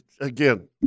again